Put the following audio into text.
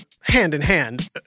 hand-in-hand